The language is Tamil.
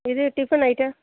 இது டிஃபன் ஐட்டம்